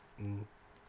mmhmm